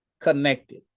connected